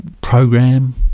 program